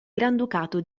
granducato